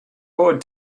bored